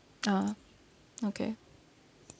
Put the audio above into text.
ya okay